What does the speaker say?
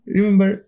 Remember